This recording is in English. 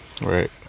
Right